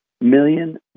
million